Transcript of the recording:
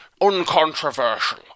uncontroversial